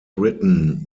written